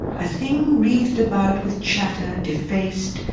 a thing wreathed about with chatter, defaced,